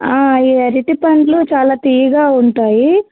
ఈ అరటిపండ్లు చాలా తియ్యగా ఉంటాయి